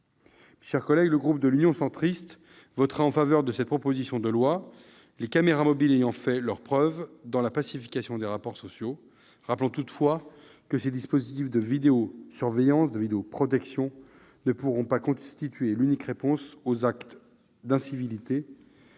chers collègues, le groupe de l'Union Centriste votera en faveur de cette proposition de loi, les caméras mobiles ayant fait leurs preuves dans la pacification des rapports sociaux. Rappelons-nous toutefois que ces dispositifs de vidéosurveillance ou de vidéoprotection ne pourront pas constituer l'unique réponse aux actes d'incivilité